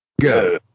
Go